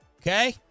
Okay